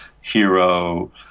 hero